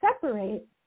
separate